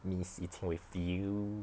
miss eating with you